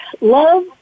love